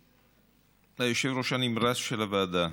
היושב-ראש הנמרץ של הוועדה,